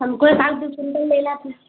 हमको एकाध दो क्विंटल लेना था